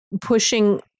pushing